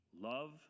love